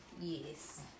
Yes